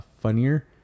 funnier